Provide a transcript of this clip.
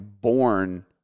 born